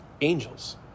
angels